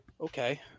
Okay